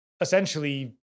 essentially